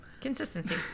consistency